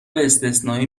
استثنایی